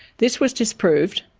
this was disproved,